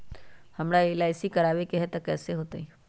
हमरा एल.आई.सी करवावे के हई कैसे होतई?